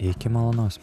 iki malonaus